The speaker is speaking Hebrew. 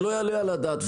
שלא יעלה על הדעת.